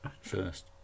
first